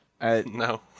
No